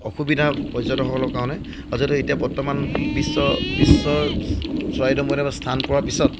অসুবিধা পৰ্যটকসকলৰ কাৰণে আচলতে এতিয়া বৰ্তমান বিশ্ব বিশ্ব চৰাইদেউ মৈদামে স্থান পোৱাৰ পিছত